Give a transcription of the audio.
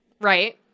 right